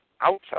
outside